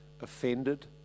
offended